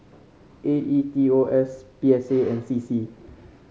A E T O S P S A and C C